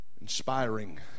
inspiring